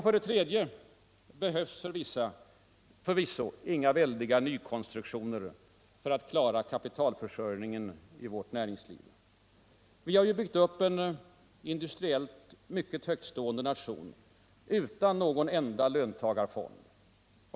För det tredje behövs förvisso inga väldiga nykonstruktioner för att klara kapitalförsörjningen av vårt näringsliv. Vi har byggt upp en industriellt mycket högtstående nation utan någon enda löntagarfond.